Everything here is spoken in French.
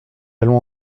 allons